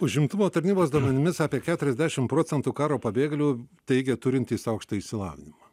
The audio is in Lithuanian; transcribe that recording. užimtumo tarnybos duomenimis apie keturiasdešim procentų karo pabėgėlių teigia turintys aukštąjį išsilavinimą